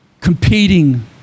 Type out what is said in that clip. competing